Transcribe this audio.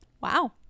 Wow